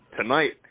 tonight